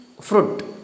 fruit